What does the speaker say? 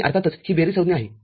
आणि अर्थातच ही बेरीज संज्ञा आहे